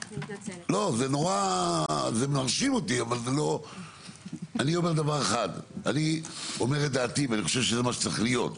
אני אומר את דעתי וחושב שזה מה שצריך להיות.